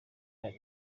abana